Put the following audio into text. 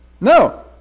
No